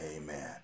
Amen